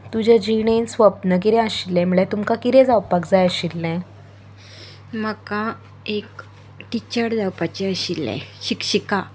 तुमचें जिणेंत सपन कितें आशिल्लें म्हणल्यार तुमकां कितें जावपाक जाय आशिल्लें म्हाका एक टिचर जावपाची आशिल्लें शिक्षिका